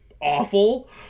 awful